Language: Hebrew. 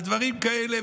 על דברים כאלה.